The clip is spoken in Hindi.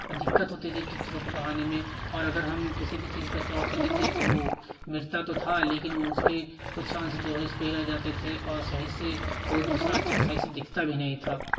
और दिक्कत होती थी टीचरों को पढ़ाने में और अगर हम किसी भी चीज़ पे चौक से लिख दें तो वो मिटता तो था लेकिन वो उसके कुछ अंश जो है उस पे रह जाते थे और सही से कोई दूसरा अक्षर सही से दिखता भी नहीं था